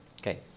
Okay